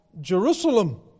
Jerusalem